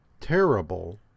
terrible